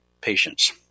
patients